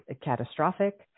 catastrophic